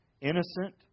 innocent